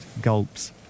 gulps